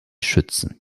schützen